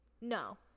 No